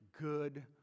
good